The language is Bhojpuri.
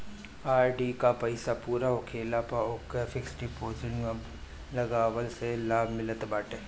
आर.डी कअ पईसा पूरा होखला पअ ओके फिक्स डिपोजिट में लगवला से लाभ मिलत बाटे